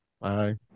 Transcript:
Bye